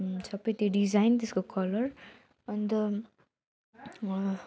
सबै त्यो डिजाइन त्यसको कलर अन्त